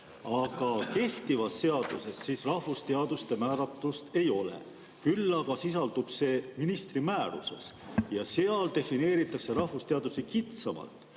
Kehtivas seaduses rahvusteaduste määratlust ei ole. Küll aga sisaldub see ministri määruses ja seal defineeritakse rahvusteadused kitsamalt